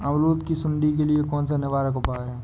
अमरूद की सुंडी के लिए कौन सा निवारक उपाय है?